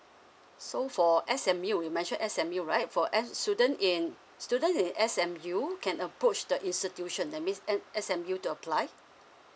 so for S_M_U you mention S_M_U right for S student in student in S_M_U can approach the institution that means S S_M_U to apply